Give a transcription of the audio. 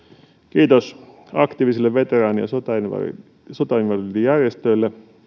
kiitos aktiivisille veteraani ja sotainvalidijärjestöille